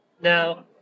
Now